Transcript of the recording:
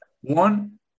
One